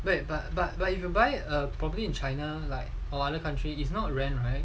but but but but if you buy a property in china like all other country is not rent right